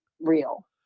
real